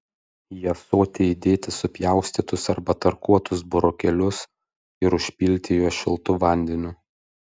į ąsotį įdėti supjaustytus arba tarkuotus burokėlius ir užpilti juos šiltu vandeniu